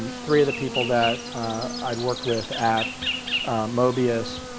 three of the people that i had worked with at mobius,